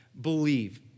Believe